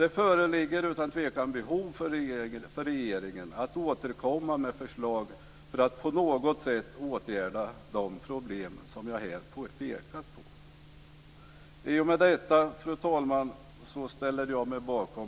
Det föreligger utan tvekan ett behov för regeringen att återkomma med förslag för att på något sätt åtgärda de problem som vi har pekat på. I och med detta, fru talman, ställer jag mig bakom